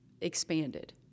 expanded